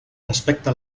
respecte